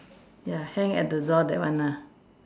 ya hang at the door that one ah